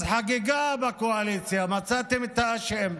אז חגיגה בקואליציה, מצאתם את האשם.